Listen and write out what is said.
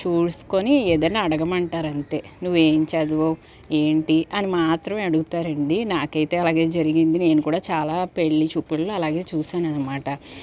చూసుకొని ఏదైనా అడగమంటారంతే నువ్వేం చదువావుఏంటి అని మాత్రమే అడుగుతారండి నాకైతే అలాగే జరిగింది నేను కూడా చాలా పెళ్ళిచూపుల్ని అలాగే చూసాననమాట